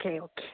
okay okay